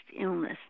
illness